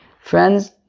Friends